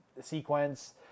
sequence